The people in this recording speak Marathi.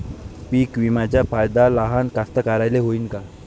पीक विम्याचा फायदा लहान कास्तकाराइले होईन का?